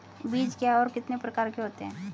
बीज क्या है और कितने प्रकार के होते हैं?